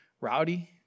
rowdy